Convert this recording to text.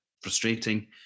frustrating